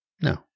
No